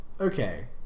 Okay